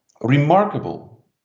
remarkable